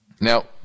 Now